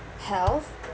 health